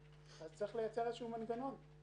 אז צריך לייצר איזשהו מנגנון.